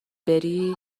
بری